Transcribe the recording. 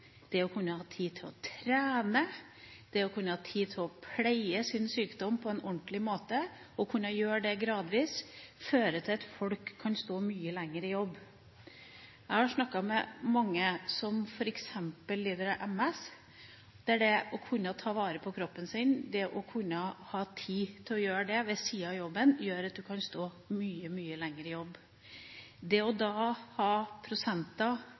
det å kunne ha tid til å trene, det å kunne ha tid til å pleie sin sykdom på en ordentlig måte og kunne gjøre det gradvis, føre til at de kan stå mye lenger i jobb. Jeg har snakket med mange som f.eks. lider av MS, der det viser seg at det å kunne ta vare på kroppen sin, det å kunne ha tid til å gjøre det ved siden av jobben, gjør at de kan stå mye, mye lenger i jobb. Det å ha